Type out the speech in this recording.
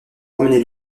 ramener